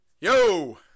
Yo